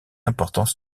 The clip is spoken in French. importance